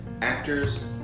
Actors